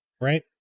right